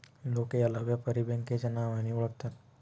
लोक याला व्यापारी बँकेच्या नावानेही ओळखतात